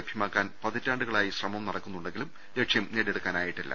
ലഭ്യമാക്കാൻ പതിറ്റാണ്ടുകളായി ശ്രമം നടക്കുന്നുണ്ടെങ്കിലും ലക്ഷ്യം നേടി യെടുക്കാനായിട്ടില്ല